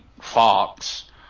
Fox